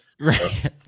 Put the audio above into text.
Right